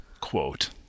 quote